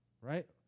right